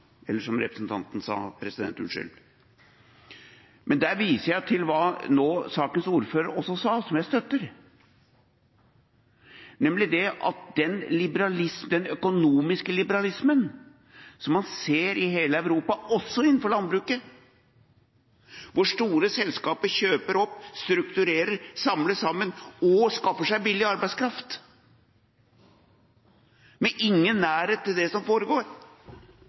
Men der viser jeg til hva sakens ordfører nå også sa, og som jeg støtter, nemlig at den økonomiske liberalismen som man ser i hele Europa, også innenfor landbruket, hvor store selskaper kjøper opp, strukturerer, samler sammen og skaffer seg billig arbeidskraft, ikke har noen nærhet til det som foregår